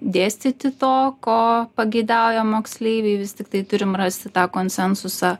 dėstyti to ko pageidauja moksleiviai vis tiktai turim rasti tą konsensusą